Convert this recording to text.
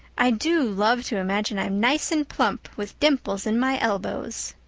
i do love to imagine i'm nice and plump, with dimples in my elbows.